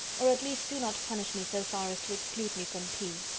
or at least do not punish me so far as to exclude me from p.